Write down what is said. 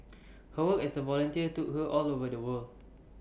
her work as A volunteer took her all over the world